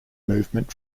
movement